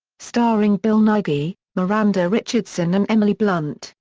starring bill nighy, miranda richardson and emily blunt,